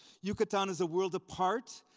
yucatan is a world apart,